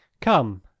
Come